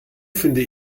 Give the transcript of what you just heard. finde